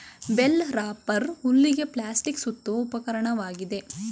bale wrapper ಹುಲ್ಲಿಗೆ plastic ಸುತ್ತುವ ಉಪಕರಣವಾಗಿದೆ